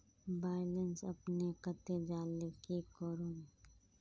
Balance अपने कते जाले की करूम?